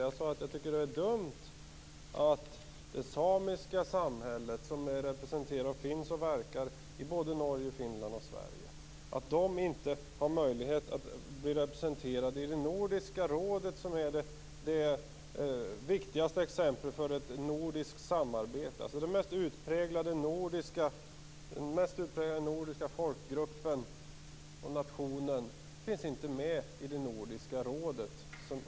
Jag sade: Jag tycker att det är dumt att det samiska samhället - som är representerat, finns och verkar i både Norge, Finland och Sverige - inte har möjlighet att bli representerat i Nordiska rådet, som är det viktigaste exemplet på ett nordiskt samarbete. Den mest utpräglat nordiska folkgruppen och nationen finns inte med i Nordiska rådet.